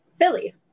Philly